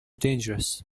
dangerous